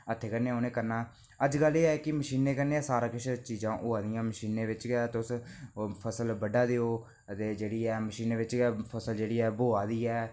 हत्थें कन्नै गै उहनें सब किश करना अजकल एह् ऐ कि मशीनें कन्नै सारा किश चीजां होआ दियां मशीनां बिच्च गै तुस फसल बढा दे ओ ते जेहड़ी ऐ मशीनें बिच्च गै फसल जेहड़ी ऐ बुहा दी ऐ